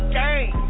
game